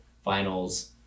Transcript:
finals